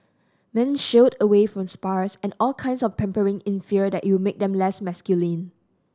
men shied away from spas and all kinds of pampering in fear that it would make them less masculine